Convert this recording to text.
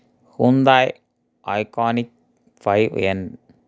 Hyundai Ioniq five N